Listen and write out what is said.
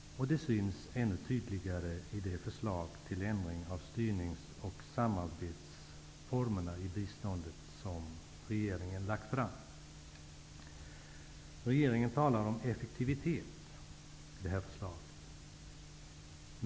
Det syns ännu tydligare i det förslag till ändring av styrnings och samarbetsformerna i biståndet som regeringen har lagt fram. Regeringen talar i förslaget om effektivitet.